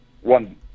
one